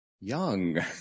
young